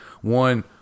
One